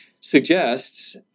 suggests